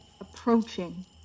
approaching